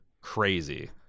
crazy